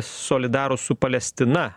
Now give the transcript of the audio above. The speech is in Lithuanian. solidarūs su palestina